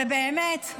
ובאמת,